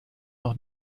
noch